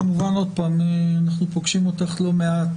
אנחנו פוגשים אותך לא מעט,